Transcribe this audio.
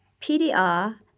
PDR